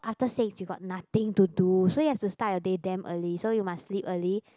after six you got nothing to do so you have to start your day damn early so you must sleep early